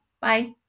Bye